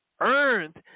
earned